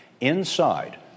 inside